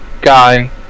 guy